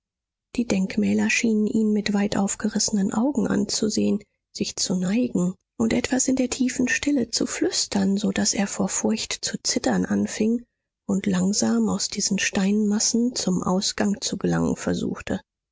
die denkmäler schienen ihn mit weit aufgerissenen augen anzusehen sich zu neigen und etwas in der tiefen stille zu flüstern so daß er vor furcht zu zittern anfing und langsam aus diesen steinmassen zum ausgang zu gelangen versuchte